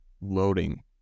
loading